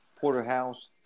porterhouse